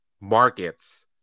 markets